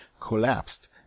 collapsed